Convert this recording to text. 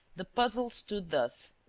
the puzzle stood thus